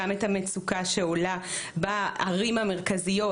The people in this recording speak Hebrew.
גם את המצוקה שעולה בערים המרכזיות,